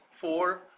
four